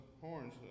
horns